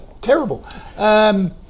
Terrible